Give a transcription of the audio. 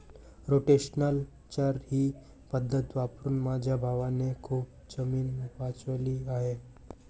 rotational चर ही पद्धत वापरून माझ्या भावाने खूप जमीन वाचवली आहे